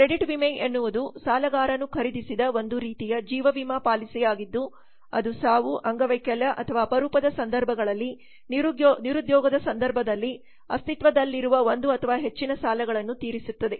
credit ವಿಮೆ ಎನ್ನುವುದು ಸಾಲಗಾರನು ಖರೀದಿಸಿದ ಒಂದು ರೀತಿಯ ಜೀವ ವಿಮಾ ಪಾಲಿಸಿಯಾಗಿದ್ದು ಅದು ಸಾವು ಅಂಗವೈಕಲ್ಯ ಅಥವಾ ಅಪರೂಪದ ಸಂದರ್ಭಗಳಲ್ಲಿ ನಿರುದ್ಯೋಗದ ಸಂದರ್ಭದಲ್ಲಿ ಅಸ್ತಿತ್ವದಲ್ಲಿರುವ ಒಂದು ಅಥವಾ ಹೆಚ್ಚಿನ ಸಾಲಗಳನ್ನು ತೀರಿಸುತ್ತದೆ